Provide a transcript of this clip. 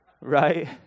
Right